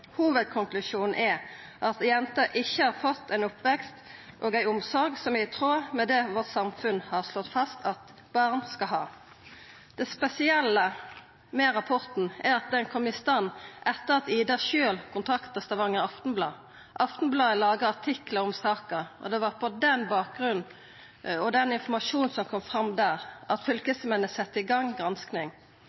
Hovudkonklusjonen er at jenta ikkje har fått ein oppvekst og ei omsorg som er i tråd med det samfunnet vårt har slått fast at barn skal ha. Det spesielle med rapporten er at han kom i stand etter at «Ida» sjølv kontakta Stavanger Aftenblad. Stavanger Aftenblad laga artiklar om saka, og det var på den bakgrunnen og ut frå informasjonen som kom fram der, at fylkesmennene sette i gang gransking.